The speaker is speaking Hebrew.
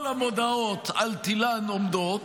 כל המודעות על תילן עומדות,